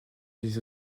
des